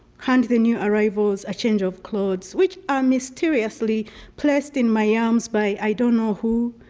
hand the new arrivals a change of clothes which are mysteriously placed in my arms by i don't know who,